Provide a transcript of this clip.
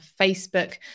Facebook